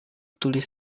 tulis